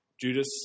Judas